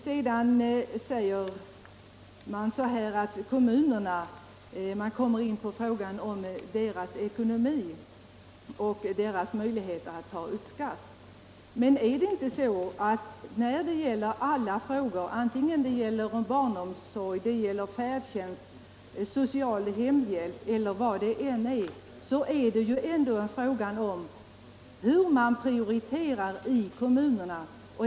Flera talare har kommit in på frågan om kommunernas ekonomi och deras möjlighet att ta ut skatt. Men antingen det gäller barnomsorg, färdtjänst, social hemhjälp eller vad det kan vara så är det ju ändå en fråga om hur man prioriterar i kommunerna.